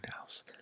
else